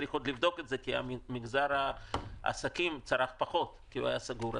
צריך עוד לבדוק את זה כי מגזר העסקים צרך פחות כי הוא היה סגור.